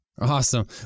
Awesome